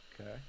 Okay